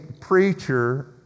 preacher